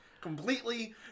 completely